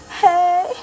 hey